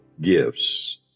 gifts